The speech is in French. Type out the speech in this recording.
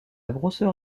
grosseur